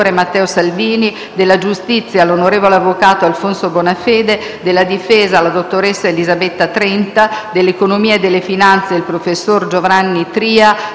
grazie